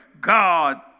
God